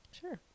Sure